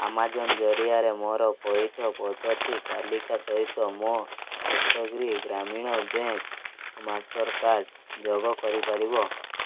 Amazon ଜରିଆରେ ମୋର ପଇଠ ପଦ୍ଧତି ତାଲିକା ସହିତ ମୋ Saptagiri Grameena bank Mastercard ଯୋଗ କରିପାରିବ